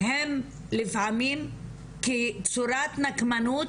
הם לפעמים כצורת נקמנות,